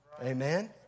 amen